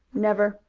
never,